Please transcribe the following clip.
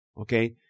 Okay